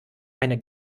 eine